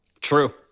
True